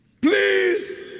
Please